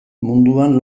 munduan